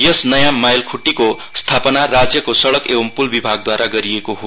यस नयाँ माइलख्ट्टीको स्थापना राज्यको सडक एवं पुल विभागद्वारा गरिएको हो